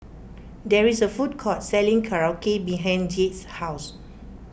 there is a food court selling Korokke behind Jade's house